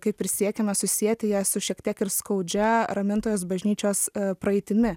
kaip ir siekiama susieti ją su šiek tiek ir skaudžia ramintojos bažnyčios praeitimi